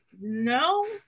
no